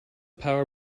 power